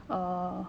err